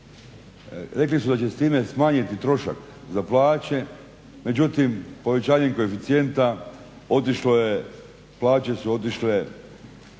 Rekli su da će time smanjiti trošak za plaće, međutim povećanjem koeficijenta otišlo je, plaće su otišle